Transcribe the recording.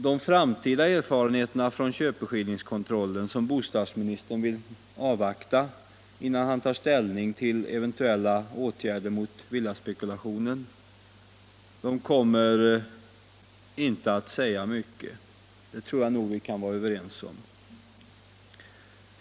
De framtida erfarenheter från köpeskillingskontrollen som bostadsministern vill avvakta innan han tar ställning till eventuella åtgärder mot villaspekulationen kommer inte att ge mycket. Det tror jag nog att vi kan vara överens om.